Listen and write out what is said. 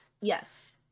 Yes